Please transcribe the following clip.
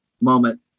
moment